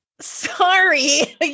sorry